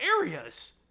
areas